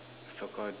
so called